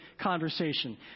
conversation